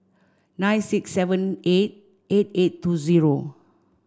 nine six seven eight eight eight two zero